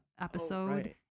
episode